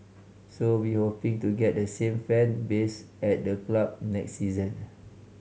so we hoping to get the same fan base at the club next season